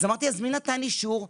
אז אמרתי: מי נתן אישור?